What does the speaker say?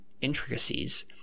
intricacies